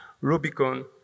Rubicon